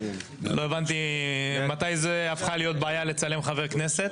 לא הבנתי מתי זה הפכה להיות בעיה לצלם חבר כנסת.